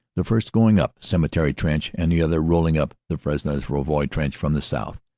the first going up cemetery trench and the other roll ing up the fresnes-rouvroy trench from the south.